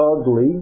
ugly